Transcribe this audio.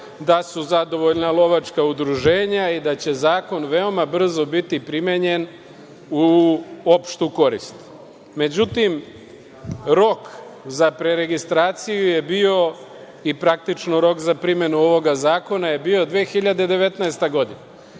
da su zadovoljna lovačka udruženja i da će zakon veoma brzo biti primenjen u opštu korist. Međutim, rok za preregistraciju je bio i praktično za primenu ovog zakona 2019. godina. Rok